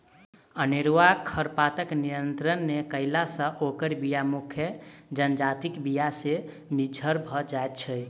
अनेरूआ खरपातक नियंत्रण नै कयला सॅ ओकर बीया मुख्य जजातिक बीया मे मिज्झर भ जाइत छै